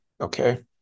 okay